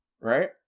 Right